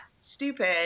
stupid